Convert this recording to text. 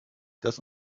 das